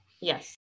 Yes